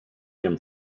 him